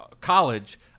college